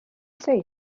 say